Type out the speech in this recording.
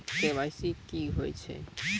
KYC की होय छै?